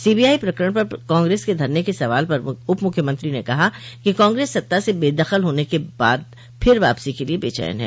CBI प्रकरण पर कांग्रेस के धरने के सवाल पर उपमुख्यमंत्री ने कहा कि कांग्रेस सत्ता से बेदखल होने के बाद फिर वापसी के लिए बेचैन है